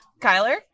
Kyler